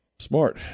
Smart